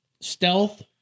stealth